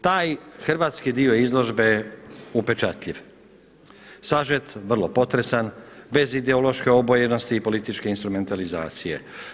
Taj hrvatski dio izložbe je upečatljiv, sažet, vrlo potresan bez ideološke obojenosti i političke instrumentalizacije.